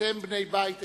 אתם בני בית אצלנו,